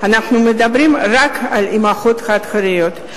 אנחנו מדברים רק על אמהות חד-הוריות.